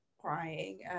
crying